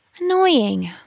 Annoying